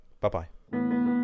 bye-bye